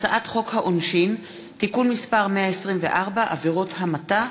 הצעת חוק העונשין (תיקון מס' 124) (עבירות המתה),